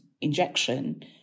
injection